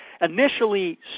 initially